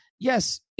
Yes